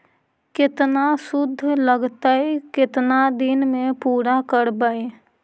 केतना शुद्ध लगतै केतना दिन में पुरा करबैय?